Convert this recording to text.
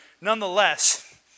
nonetheless